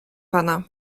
pana